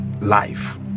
life